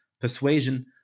Persuasion